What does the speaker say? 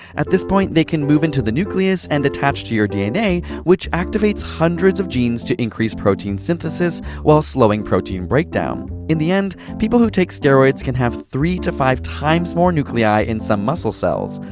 at this point they can move into the nucleus and attach to your dna, which activates hundreds of genes to increase protein synthesis, while slowing protein breakdown. in the end, people who take steroids can have three to five times more nuclei in some muscle cells.